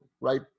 right